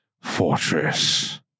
fortress